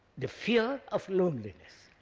the fear of loneliness.